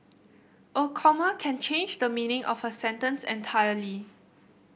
a comma can change the meaning of a sentence entirely